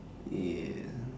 yeah